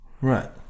Right